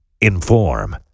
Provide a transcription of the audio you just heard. inform